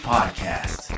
Podcast